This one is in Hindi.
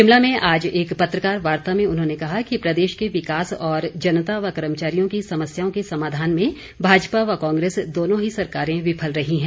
शिमला में आज एक पत्रकार वार्ता में उन्होंने कहा कि प्रदेश के विकास और जनता व कर्मचारियों की समस्याओं के समाधान में भाजपा व कांग्रेस दोनों ही सरकारें विफल रही हैं